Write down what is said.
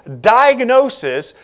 diagnosis